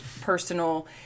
personal